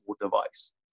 device